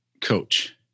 coach